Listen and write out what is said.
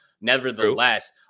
Nevertheless